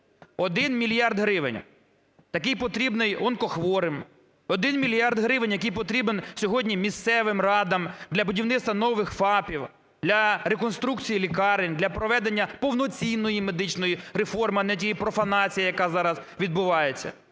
Один мільярд гривень, який потрібен сьогодні місцевим радам для будівництва нових ФАПів, для реконструкції лікарень, для проведення повноцінної медичної реформи, а не тієї профанації, яка зараз відбувається.